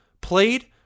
Played